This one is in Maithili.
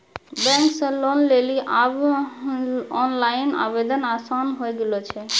बैंक से लोन लेली आब ओनलाइन आवेदन आसान होय गेलो छै